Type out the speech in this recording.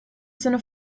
sono